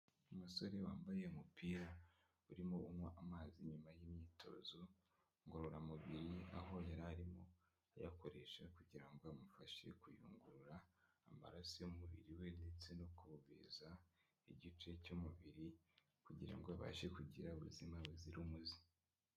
Umusore wambaye umupira urimo unywa amazi nyuma y'imyitozo ngororamubiri, aho yari arimo ayakoresha kugira ngo amufashe kuyungurura amaraso y'umubiri we ndetse no kubiza igice cy'umubiri, kugirango abashe kugira ubuzima buzira umuze.